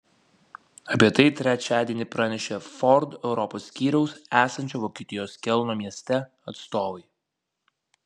apie tai trečiadienį pranešė ford europos skyriaus esančio vokietijos kelno mieste atstovai